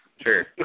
Sure